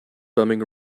bumming